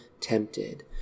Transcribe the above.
tempted